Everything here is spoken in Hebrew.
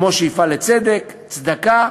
כמו שאיפה לצדק, צדקה